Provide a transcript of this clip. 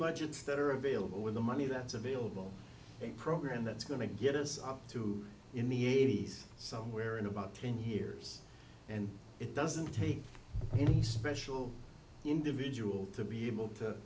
budgets that are available with the money that's available a program that's going to get us up to in the eighty's somewhere in about ten years and it doesn't take any special individual to be able to